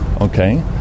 okay